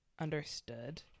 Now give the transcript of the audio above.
understood